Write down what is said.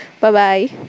Bye-bye